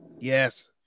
Yes